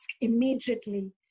immediately